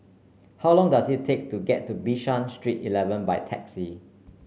how long does it take to get to Bishan Street Eleven by taxi